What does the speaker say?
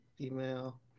Email